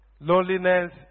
Loneliness